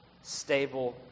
stable